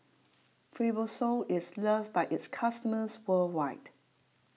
Fibrosol is loved by its customers worldwide